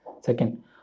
second